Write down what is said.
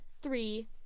three